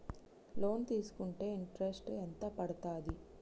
Loan తీస్కుంటే interest ఎంత పడ్తది?